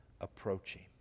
approaching